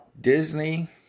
Disney